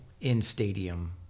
in-stadium